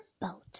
boat